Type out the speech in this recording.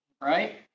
Right